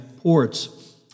ports